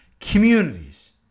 communities